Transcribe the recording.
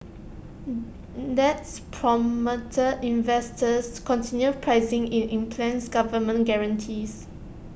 that's prompted investors continue pricing in implicit government guarantees